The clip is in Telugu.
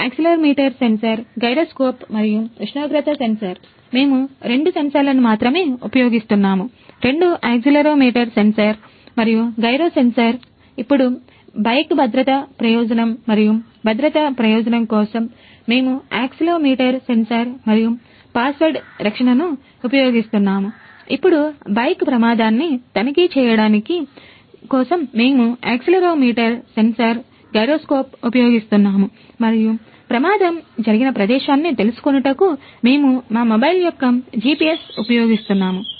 0 ఉపయోగిస్తున్నాము మరియు ప్రమాదం జరిగిన ప్రదేశాన్ని తెలుసుకొనుటకు మేము మా మొబైల్ యొక్క GPS ని ఉపయోగిస్తున్నాము